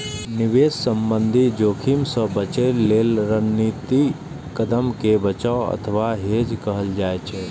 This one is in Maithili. निवेश संबंधी जोखिम सं बचय लेल रणनीतिक कदम कें बचाव अथवा हेज कहल जाइ छै